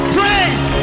praise